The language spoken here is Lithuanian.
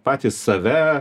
patys save